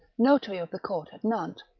notary of the court at nantes,